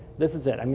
this is it. i mean